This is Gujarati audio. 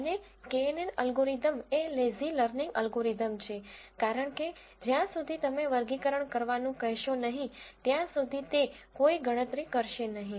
અને knn અલ્ગોરિધમ એ લેઝી લર્નિંગ અલ્ગોરિધમ છે કારણ કે જ્યાં સુધી તમે વર્ગીકરણ કરવાનું કહેશો નહીં ત્યાં સુધી તે કોઈ ગણતરી કરશે નહીં